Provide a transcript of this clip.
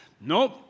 Nope